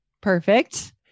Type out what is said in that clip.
Perfect